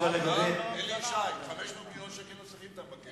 אלי ישי, 500 מיליון שקל נוספים אתה מבקש?